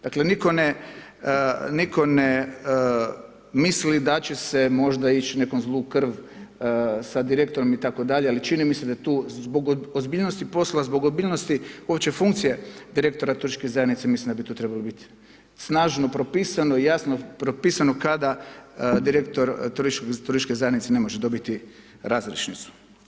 Dakle, nitko ne misli da će se možda ić neku zlu krv sa direktorom itd. ali čini mi se da je tu zbog ozbiljnosti posla, zbog ozbiljnosti uopće funkcije direktora turističke zajednice mislim da bi tu trebalo bit snažno propisano i jasno propisano kada direktor turističke zajednice ne može dobiti razrješnicu.